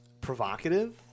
provocative